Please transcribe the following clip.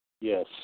Yes